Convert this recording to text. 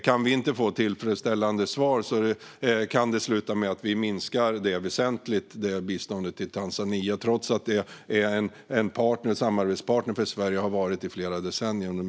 Kan vi inte få tillfredsställande svar kan det sluta med att vi minskar biståndet till Tanzania väsentligt, trots att det är en samarbetspartner för Sverige och har varit så i flera decennier.